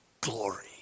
glory